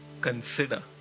Consider